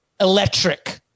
electric